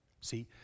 See